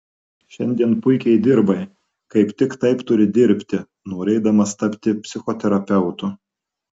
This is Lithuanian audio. šiandien puikiai dirbai kaip tik taip turi dirbti norėdamas tapti psichoterapeutu